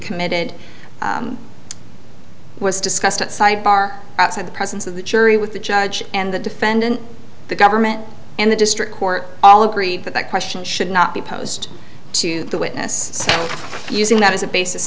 committed was discussed outside bar outside the presence of the jury with the judge and the defendant the government and the district court all agree that that question should not be posed to the witness so using that as a basis